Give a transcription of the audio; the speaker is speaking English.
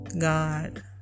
God